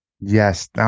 Yes